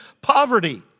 poverty